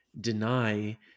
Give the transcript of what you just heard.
deny